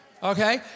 Okay